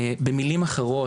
במלים אחרות,